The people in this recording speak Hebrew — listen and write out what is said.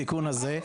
התיקון הזה.